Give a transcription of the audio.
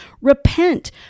Repent